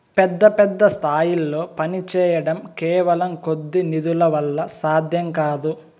పెద్ద పెద్ద స్థాయిల్లో పనిచేయడం కేవలం కొద్ది నిధుల వల్ల సాధ్యం కాదు